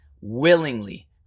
Willingly